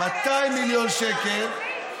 200 מיליון שקל,